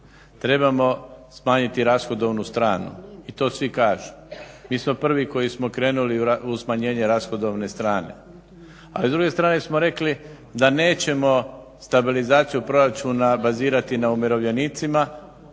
trebamo smanjiti rashodovnu stranu i to svi kažu. Mi smo prvi koji smo krenuli u smanjenje rashodovne strane, ali s druge strane smo rekli da nećemo stabilizaciju proračuna bazirati na umirovljenicima,